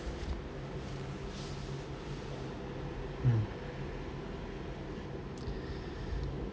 mm